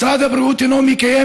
"משרד הבריאות אינו מקיים